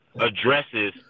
addresses